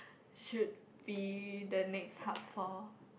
should be the next hub for